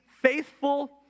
faithful